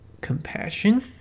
compassion